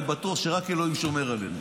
אני בטוח שרק אלוהים שומר עלינו.